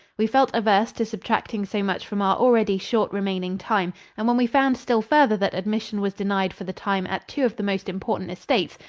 we felt averse to subtracting so much from our already short remaining time, and when we found still further that admission was denied for the time at two of the most important estates,